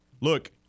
look